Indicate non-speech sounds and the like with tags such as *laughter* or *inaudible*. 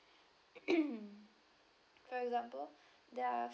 *noise* for example there are